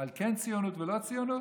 על כן ציונות ולא ציונות?